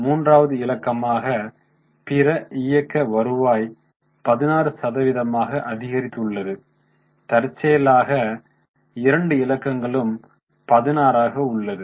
மூன்றாவது இலக்கமாக பிற இயக்க வருவாய் 16 சதவீதமாக அதிகரித்துள்ளது தற்செயலாக இரண்டு இலக்கங்களும் 16 ஆக உள்ளது